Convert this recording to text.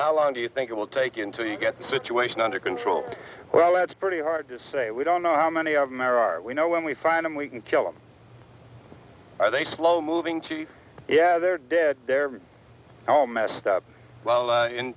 how long do you think it will take until you get the situation under control well it's pretty hard to say we don't know how many of them are we know when we find him we can kill them are they slow moving chief yeah they're dead they're all messed up well